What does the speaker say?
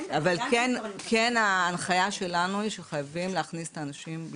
אבל כן, ההנחיה שלנו היא שחייבים להכניס אנשים.